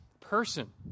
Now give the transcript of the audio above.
person